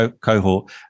cohort